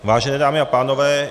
Vážené dámy a pánové.